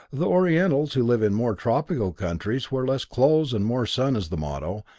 the orientals, who live in more tropical countries, where less clothes and more sun is the motto,